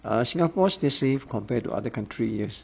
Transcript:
err singapore's still safe compared to other country yes